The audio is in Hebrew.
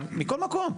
מכל מקום.